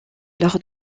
lors